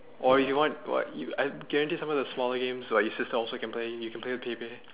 or if you want or you I guarantee some of the smaller games like your sister also can play you can play with Pei-Pei